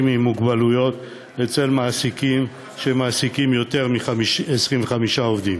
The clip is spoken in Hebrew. עם מוגבלויות אצל מעסיקים שמעסיקים יותר מ-25 עובדים,